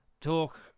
talk